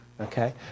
Okay